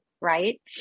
right